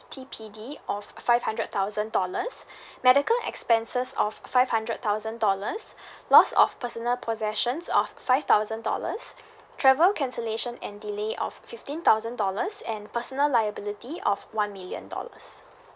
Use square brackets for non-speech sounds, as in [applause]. T_P_D of five hundred thousand dollars [breath] medical expenses of five hundred thousand dollars [breath] loss of personal possessions of five thousand dollars travel cancellation and delay of fifteen thousand dollars and personal liability of one million dollars